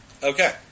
Okay